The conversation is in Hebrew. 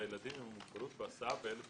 הילדים עם המוגבלות בהסעה ואלה תפקידיו: